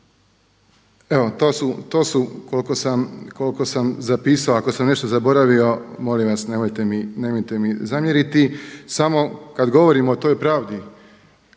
Evo to su koliko sam zapisao. Ako sam nešto zaboravio molim vas nemojte mi zamjeriti. Samo kad govorim o toj pravdi